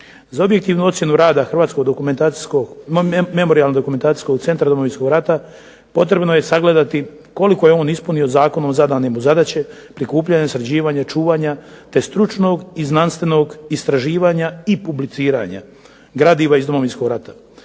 Za objektivnu ocjenu rada Hrvatsko-memorijalno dokumentacijskog centra Domovinskog rata, potrebno je sagledati koliko je on ispunio zakonom zadane mu zadaće, prikupljanjem, sređivanjem i čuvanja, te stručnog i znanstvenog istraživanja i publiciranja gradiva iz Domovinskog rata.